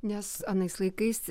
nes anais laikais